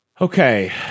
Okay